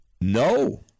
No